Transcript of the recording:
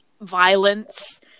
violence